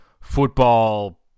football